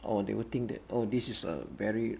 or they would think that this is a very